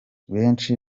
benshi